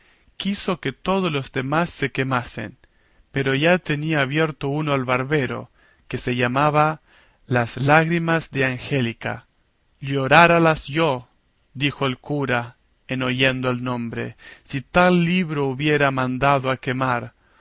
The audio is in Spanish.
quiso que todos los demás se quemasen pero ya tenía abierto uno el barbero que se llamaba las lágrimas de angélica lloráralas yo dijo el cura en oyendo el nombre si tal libro hubiera mandado quemar